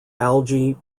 algae